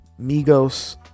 Migos